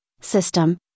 system